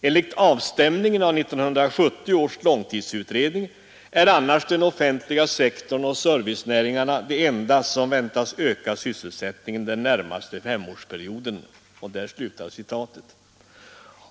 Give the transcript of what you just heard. Enligt avstämningen av 1970 års långtidsutredning är annars den offentliga sektorn och servicenäringarna de enda som väntas öka sysselsättningen den närmaste femårsperioden.